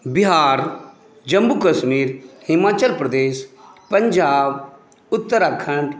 Bihar Jammu Kashmir Himachal Pradesh Punjab Uttarakhand